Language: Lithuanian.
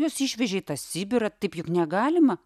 juos išvežė sibirą taip juk negalima